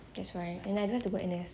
that's why and I like to go N_S